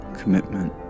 commitment